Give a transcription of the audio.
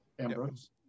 Ambrose